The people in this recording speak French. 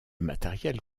matériel